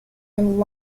and